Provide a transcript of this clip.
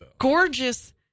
gorgeous